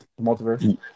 multiverse